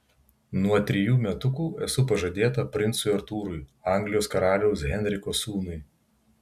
nuo trejų metukų esu pažadėta princui artūrui anglijos karaliaus henriko sūnui